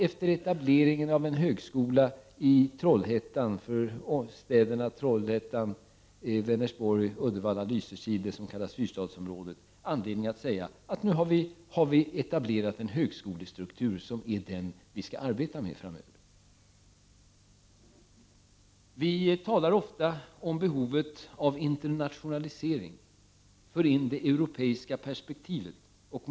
Efter etableringen av en högskola i Trollhättan — en högskola för Trollhättan, Vänersborg, Uddevalla och Lysekil, det s.k. fyrstadsområdet — har vi anledning att säga att vi nu har etablerat en högskolestruktur som vi skall arbeta med framöver. Vi talar ofta om behovet av internationalisering, och vi för in det europeiska perspektivet.